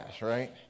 right